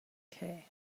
que